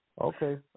Okay